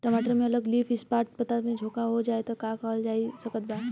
टमाटर में अगर लीफ स्पॉट पता में झोंका हो जाएँ त का कइल जा सकत बा?